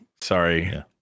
sorry